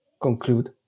conclude